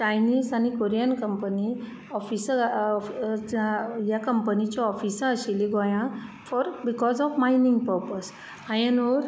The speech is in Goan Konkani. चायनीस आनी कोरीयन कंपनी ऑफिसर ह्या कंपनीची ऑफिसर आशिल्ली गोंयांत for because of mining purpose iron or